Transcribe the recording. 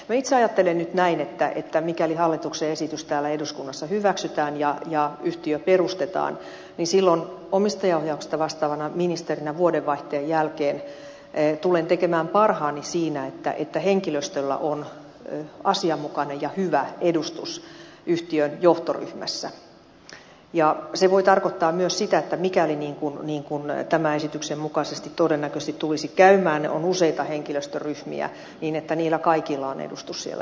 minä itse ajattelen nyt näin että mikäli hallituksen esitys täällä eduskunnassa hyväksytään ja yhtiö perustetaan niin silloin omistajaohjauksesta vastaavana ministerinä vuodenvaihteen jälkeen tulen tekemään parhaani siinä että henkilöstöllä on asianmukainen ja hyvä edustus yhtiön johtoryhmässä ja se voi tarkoittaa myös sitä että mikäli niin kuin tämän esityksen mukaisesti todennäköisesti tulisi käymään on useita henkilöstöryhmiä niin niillä kaikilla on edustus siellä johtoryhmässä